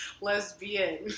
lesbian